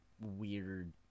weird